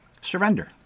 surrender